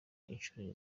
inshuro